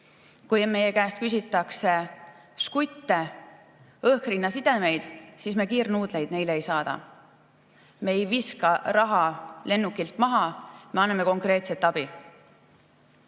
Kui meie käest küsitakse žgutte, õhkrinnasidemeid, siis me kiirnuudleid neile ei saada. Me ei viska raha lennukilt alla, me anname konkreetset abi.Me